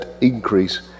increase